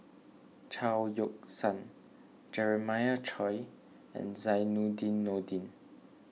Chao Yoke San Jeremiah Choy and Zainudin Nordin